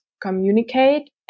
communicate